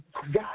God